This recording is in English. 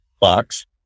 box